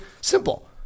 Simple